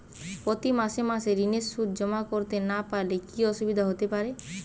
প্রতি মাসে মাসে ঋণের সুদ জমা করতে না পারলে কি অসুবিধা হতে পারে?